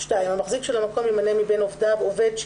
(2)המחזיק של המקום ימנה מבין עובדיו,